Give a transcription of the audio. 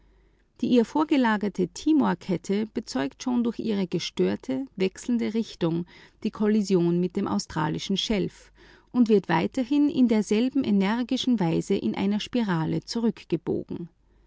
die ihr vorgelagerte timorkette bezeugt schon durch ihre gestörte wechselnde richtung die kollision mit dem australischen schelf und wird weiterhin in derselben energischen weise in einer spirale zurückgebogen